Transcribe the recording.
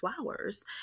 flowers